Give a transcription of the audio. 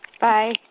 Bye